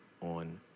on